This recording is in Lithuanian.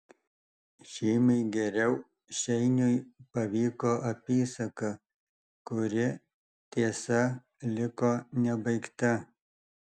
žymiai geriau šeiniui pavyko apysaka kuri tiesa liko nebaigta